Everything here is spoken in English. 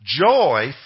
joy